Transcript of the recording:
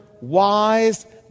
wise